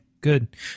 Good